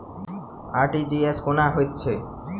RTGS कोना होइत छै?